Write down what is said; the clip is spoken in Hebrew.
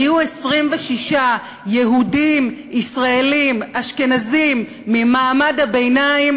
היו 26 יהודים ישראלים אשכנזים ממעמד הביניים,